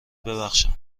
بخشیم